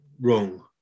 wrong